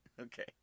Okay